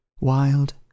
wild